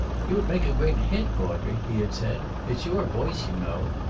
you would make a great hit, audrey, he had said. it's your voice, you know.